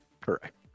correct